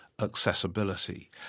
accessibility